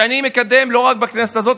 שאני מקדם לא רק בכנסת הזאת,